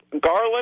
Garland